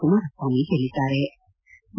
ಕುಮಾರಸ್ವಾಮಿ ಹೇಳದ್ದಾರೆ